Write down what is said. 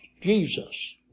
Jesus